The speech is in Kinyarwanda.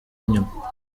inyuma